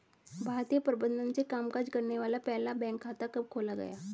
भारतीय प्रबंधन से कामकाज करने वाला पहला बैंक कब खोला गया?